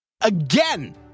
again